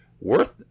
worth